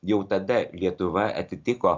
jau tada lietuva atitiko